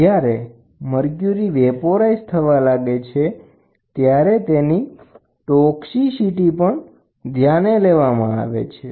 જ્યારે મર્ક્યુરીનું બાષ્પીભવન થવા લાગે છે ત્યારે તેની ઘાતકતાને પણ ધ્યાને લેવામાં આવે છે